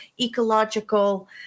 ecological